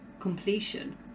completion